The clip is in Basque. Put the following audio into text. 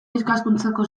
ikaskuntzako